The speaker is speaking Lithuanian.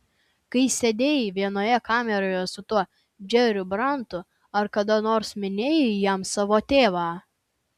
kai sėdėjai vienoje kameroje su tuo džeriu brantu ar kada nors minėjai jam savo tėvą